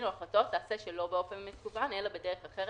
או החלטות תיעשה שלא באופן מקוון אלא בדרך אחרת,